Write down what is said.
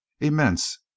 immense